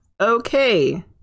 okay